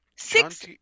Six